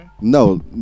No